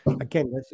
again